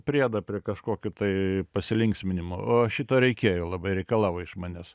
priedą prie kažkokių tai pasilinksminimų o šito reikėjo labai reikalavo iš manęs